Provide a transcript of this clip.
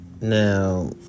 Now